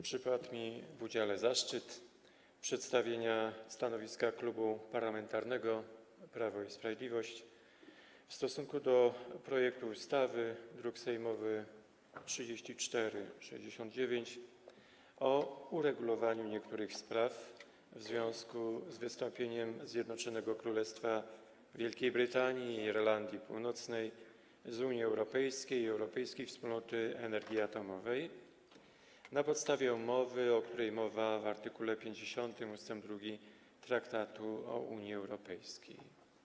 Przypadł mi w udziale zaszczyt przedstawienia stanowiska Klubu Parlamentarnego Prawo i Sprawiedliwość wobec projektu ustawy z druku sejmowego nr 3469 o uregulowaniu niektórych spraw w związku z wystąpieniem Zjednoczonego Królestwa Wielkiej Brytanii i Irlandii Północnej z Unii Europejskiej i Europejskiej Wspólnoty Energii Atomowej na podstawie umowy, o której mowa w art. 50 ust. 2 Traktatu o Unii Europejskiej.